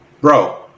Bro